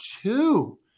two